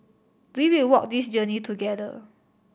we will walk this journey together